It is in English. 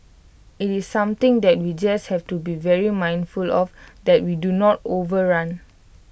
IT is something that we just have to be very mindful of that we do not overrun